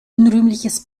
unrühmliches